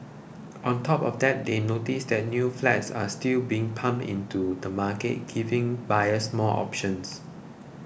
on top of that they notes that new flats are still being pumped into the market giving buyers more options